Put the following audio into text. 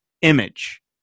image